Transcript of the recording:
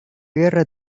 guerra